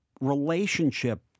relationship